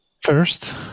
First